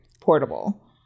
portable